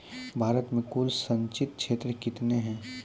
भारत मे कुल संचित क्षेत्र कितने हैं?